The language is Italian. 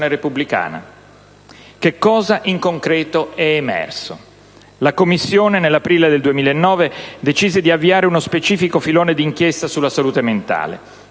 repubblicana. Che cosa in concreto è emerso? La Commissione, nell'aprile del 2009, decise di avviare uno specifico filone d'inchiesta sulla salute mentale.